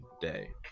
Day